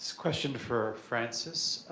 question for francis.